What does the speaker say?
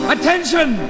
Attention